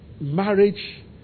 marriage